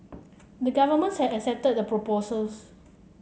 the government had accepted the proposals